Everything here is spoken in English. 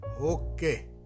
okay